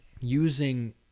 using